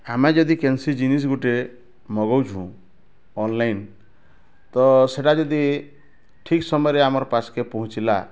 ଆମେ ଯଦି କେନସି ଜିନିଷ ଗୋଟେ ମଗୋଉଛୁଁ ଅନ୍ଲାଇନ୍ ତ ସେଟା ଯଦି ଠିକ୍ ସମୟରେ ଆମର ପାସକେ ପହଞ୍ଚିଲା